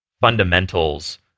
fundamentals